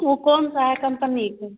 वो कौन सा है कंपनी के